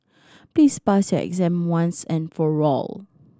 please pass your exam once and for all